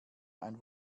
ein